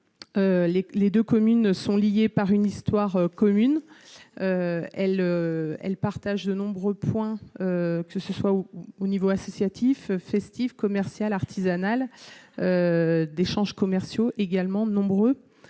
clés de communes sont liés par une histoire commune, elle, elle partage de nombreux points, que ce soit au niveau associatif festif, commerciale, artisanale d'échanges commerciaux également de nombreux